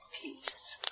peace